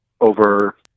over